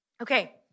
Okay